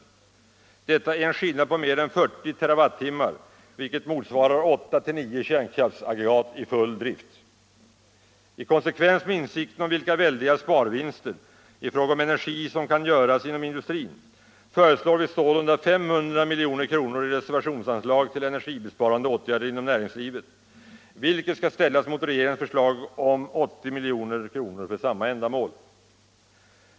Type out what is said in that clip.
Detta är en skillnad på mer än 40 TWh, vilket motsvarar åtta till nio kärnkraftsaggregat i full drift. I konsekvens med insikten om vilka väldiga sparvinster i fråga om energi som kan göras inom industrin föreslår vi sålunda 500 milj.kr. i reservationsanslag till energibesparande åtgärder inom näringslivet, vilket skall ställas mot regeringens förslag om 80 milj.kr. för samma ändamål.